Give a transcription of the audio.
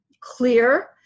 clear